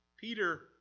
Peter